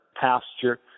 pasture